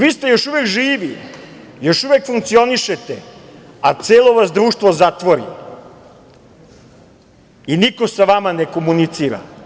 Vi ste još uvek živi, još uvek funkcionišete, a celo vas društvo zatvori i niko sa vama ne komunicira.